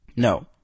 No